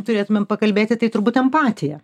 turėtumėm pakalbėti tai turbūt empatija